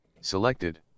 selected